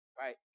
Right